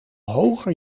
hoger